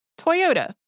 Toyota